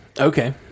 okay